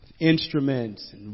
Instruments